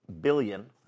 billion